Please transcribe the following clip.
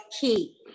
key